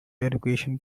education